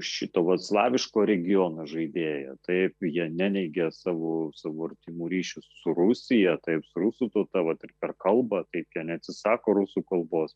šito vat slaviško regiono žaidėją taip jie neneigia savo savo artimų ryšių su rusija taip su rusų tauta vat ir per kalbą kaip jie neatsisako rusų kalbos